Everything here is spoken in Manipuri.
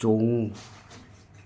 ꯆꯣꯡꯉꯨ